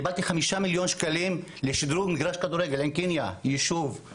קיבלתי 5,000,000 ₪ לשדרוג מגרש כדורגל בעין קניה בצפון,